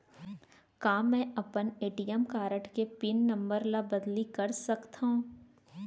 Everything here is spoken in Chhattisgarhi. का मैं अपन ए.टी.एम कारड के पिन नम्बर ल बदली कर सकथव?